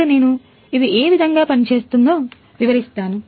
ఇప్పుడు నేను ఇది ఏ విధముగా పని చేస్తుందో వివరిస్తాను